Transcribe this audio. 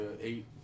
eight